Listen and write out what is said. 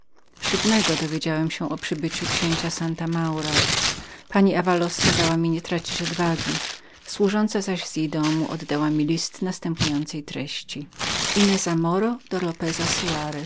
dowiedziałem się o przybyciu księcia santa maura pani davaloz kazała mi nie tracić odwagi służąca zaś z jej domu tajemniczo oddała mi list następującej treści nienawistny człowiek któremu mnie